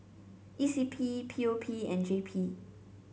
E C P P O P and J P